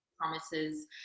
promises